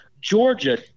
Georgia